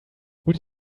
would